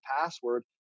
password